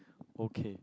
okay